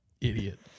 idiot